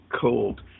cold